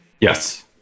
Yes